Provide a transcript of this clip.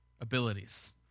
abilities